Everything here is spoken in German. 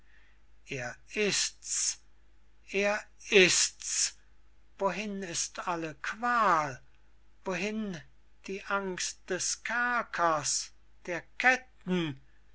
er ist's er ist's wohin ist alle qual wohin die angst des kerkers der ketten